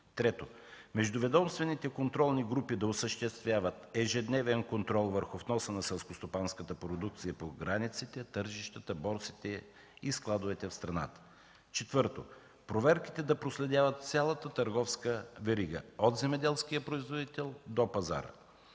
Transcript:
Трето, междуведомствените контролни групи да осъществяват ежедневен контрол върху вноса на селскостопанската продукция по границите, тържищата, борсите и складовете в страната. Четвърто, проверките да проследяват цялата търговска верига – от земеделския производител до пазара.